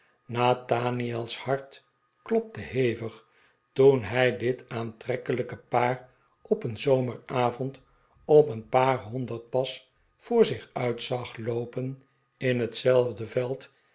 nathaniel's hart klopte hevig toen hij dit aantrekkelijke paar op een zomeravond op een paar hondexd pas voor zich uit zag loopen in hetzelfde veld